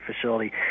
facility